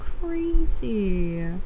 crazy